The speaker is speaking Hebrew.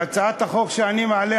הצעת החוק שאני מעלה,